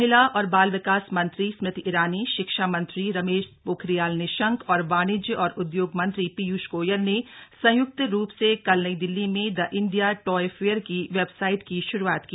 महिला और बाल विकास मंत्री स्मृति ईरानी शिक्षा मंत्रीरमेश पोखरियाल निशंक और वाणिज्य और उद्योग मंत्री पीयूष गोयल ने संय्क्त रूप से कल नई दिल्ली में द इंडिया टॉय फेयर की वेबसाइट की श्रूआत की